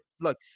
Look